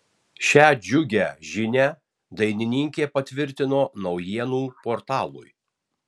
šią džiugią žinią dainininkė patvirtino naujienų portalui